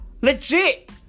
Legit